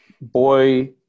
boy